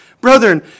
Brethren